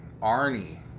Arnie